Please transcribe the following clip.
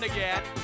again